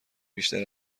بیشتر